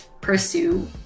pursue